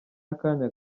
y’akanya